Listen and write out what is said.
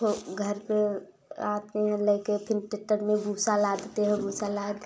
खो घर पर आते हैं लड़के फिन टेक्टर में भूसा लादते हैं भूसा लाद